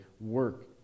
work